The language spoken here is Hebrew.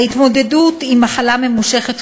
ההתמודדות עם מחלה ממושכת,